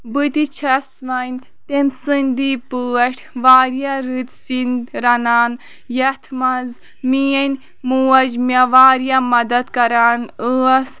بہٕ تہِ چھَس وَنۍ تیٚمۍ سٕںٛدی پٲٹھۍ واریاہ رٕتۍ سِنۍ رَنان یَتھ منٛز میٛٲنۍ موج مےٚ واریاہ مَدد کَران ٲس